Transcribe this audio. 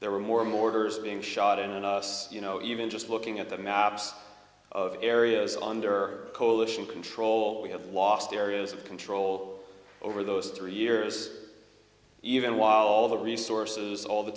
there were more mortars being shot in and you know even just looking at the maps of areas under coalition control we have lost areas of control over those three years even while all the resources all the